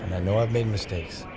i know i've made mistakes.